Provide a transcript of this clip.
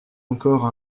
encore